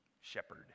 Shepherd